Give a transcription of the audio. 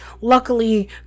luckily